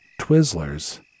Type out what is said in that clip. Twizzlers